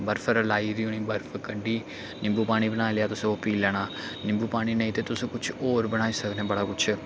बर्फ लाई दी होनी बर्फ कड्ढी निंबू पानी बनाई लेआ ओह् तुस ओह् पी लैना निम्बू पानी नेईं ते तुस कुछ होर बनाई सकने बड़ा कुछ